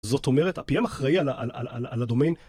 זאת אומרת, ה-PM אחראי על הדומיין